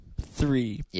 three